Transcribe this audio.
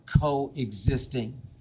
coexisting